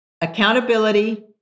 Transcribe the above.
accountability